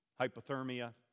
hypothermia